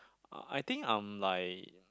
I think I'm like